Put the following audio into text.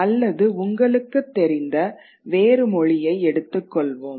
அல்லது உங்களுக்குத் தெரிந்த வேறு மொழியை எடுத்துக் கொள்வோம்